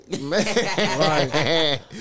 Man